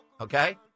Okay